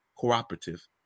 cooperative